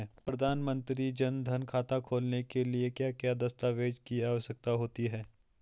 प्रधानमंत्री जन धन खाता खोलने के लिए क्या क्या दस्तावेज़ की आवश्यकता होती है?